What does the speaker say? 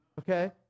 Okay